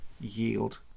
yield